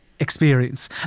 experience